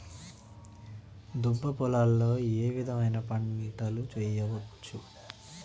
దుబ్బ పొలాల్లో ఏ విధమైన పంటలు వేయచ్చా?